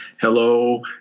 hello